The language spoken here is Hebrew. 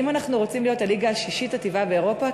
אם אנחנו רוצים להיות הליגה השישית הטובה באירופה,